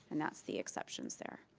and that's the exceptions there.